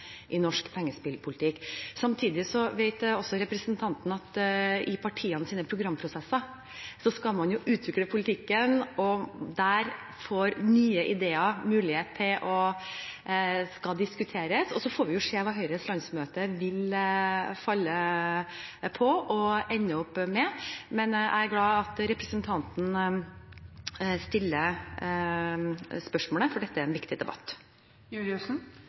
i norsk pengespillpolitikk. Samtidig vet også representanten at i partienes programprosesser skal man utvikle politikken, og der skal nye ideer diskuteres. Så får vi se hva Høyres landsmøte vil falle ned på og ende opp med, men jeg er glad for at representanten stiller spørsmålet, for dette er en viktig